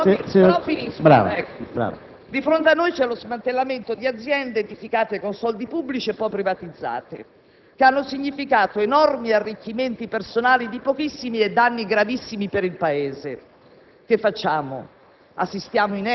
Di fronte a noi c'è lo smantellamento di aziende edificate con soldi pubblici e poi privatizzate,